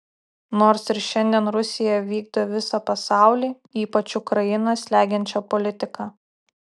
nors ir šiandien rusija vykdo visą pasaulį ypač ukrainą slegiančią politiką